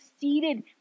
seated